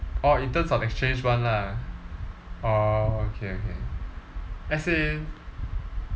oh in terms of exchange [one] lah oh okay okay as in